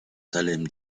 salem